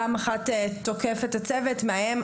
פעם שנייה תוקף את הצוות ומאיים.